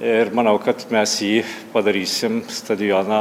ir manau kad mes jį padarysim stadioną